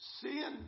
sin